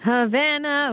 Havana